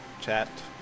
chat